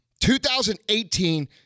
2018